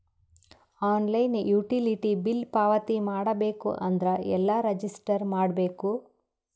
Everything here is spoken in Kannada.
ಆನ್ಲೈನ್ ಯುಟಿಲಿಟಿ ಬಿಲ್ ಪಾವತಿ ಮಾಡಬೇಕು ಅಂದ್ರ ಎಲ್ಲ ರಜಿಸ್ಟರ್ ಮಾಡ್ಬೇಕು?